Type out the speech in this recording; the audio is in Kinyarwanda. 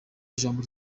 ijambo